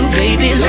baby